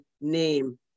name